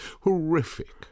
Horrific